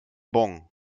bon